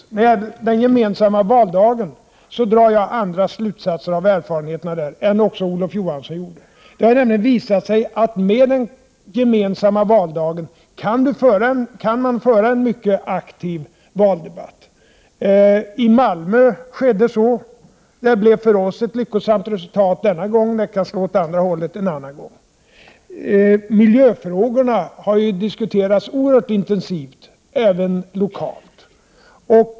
När det gäller den gemensamma valdagen drar jag andra slutsatser av erfarenheterna än vad också Olof Johansson gjorde. Det har nämligen visat sig att man med gemensam valdag kan föra en mycket aktiv lokal valdebatt. I Malmö skedde så. Där blev det för oss ett lyckosamt resultat den här gången. Men det kan slå åt andra hållet en annan gång. Miljöfrågorna har ju diskuterats oerhört intensivt även lokalt.